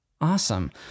Awesome